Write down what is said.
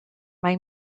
mae